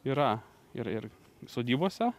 yra ir ir sodybose